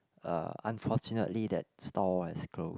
uh unfortunately that stall has closed